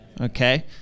okay